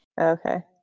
Okay